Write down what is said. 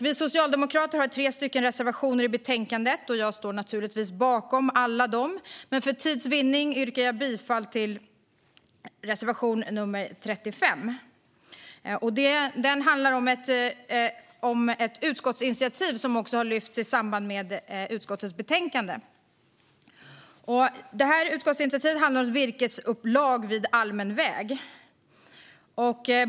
Vi socialdemokrater har tre reservationer i betänkandet. Jag står naturligtvis bakom alla dem, men för tids vinnande yrkar jag bifall endast till reservation nr 35. Den handlar om ett utskottsinitiativ som också har lyfts fram i samband med utskottets betänkande. Utskottsinitiativet handlar om virkesupplag vid allmän väg.